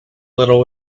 little